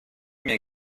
mir